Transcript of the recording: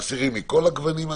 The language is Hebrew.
אסירים מכל הגוונים,